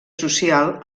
social